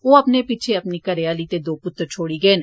ओ अपने पिच्छे अपनी घरेआली ते दो पुत्र छोड़ी गे न